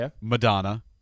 Madonna